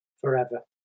forever